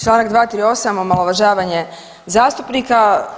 Čl. 238. omalovažavanje zastupnika.